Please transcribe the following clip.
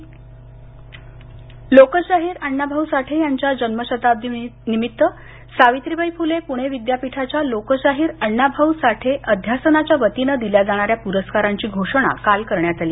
पुरस्कार लोकशाहीर अण्णाभाऊ साठे यांच्या जन्मशताब्दीनिमित्त सावित्रीबाई फुले पुणे विद्यापीठाच्या लोकशाहीर अण्णाभाऊ साठे अध्यासनाच्या वतीने दिल्या जाणाऱ्या पुरस्कारांची घोषणा काल करण्यात आली